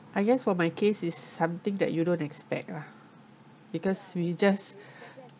I guess for my case it's something that you don't expect lah because we just